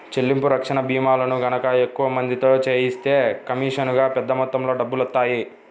చెల్లింపు రక్షణ భీమాలను గనక ఎక్కువ మందితో చేయిస్తే కమీషనుగా పెద్ద మొత్తంలో డబ్బులొత్తాయి